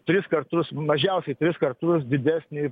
tris kartus mažiausiai tris kartus didesnį